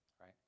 right